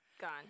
Gone